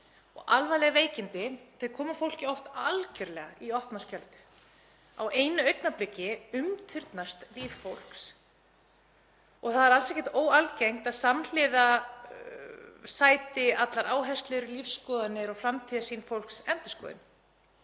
Alvarleg veikindi koma fólki oft algerlega í opna skjöldu. Á einu augnabliki umturnast líf fólks. Það er alls ekkert óalgengt að samhliða sæti allar áherslur, lífsskoðanir og framtíðarsýn fólks endurskoðun.